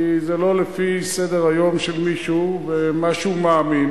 כי זה לא לפי סדר-היום של מישהו ומה שהוא מאמין,